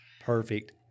perfect